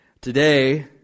Today